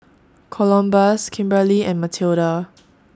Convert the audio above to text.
Columbus Kimberli and Matilda